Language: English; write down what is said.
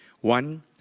One